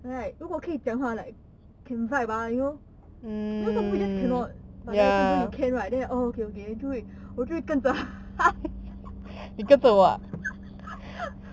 then like 如果可以讲话 like can vibe ah you know some people just cannot but then this one you know you can right then orh okay okay then 就会我就会他